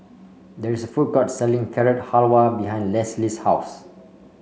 there is a food court selling Carrot Halwa behind Lesley's house